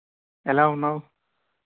ఎలా ఉన్నావు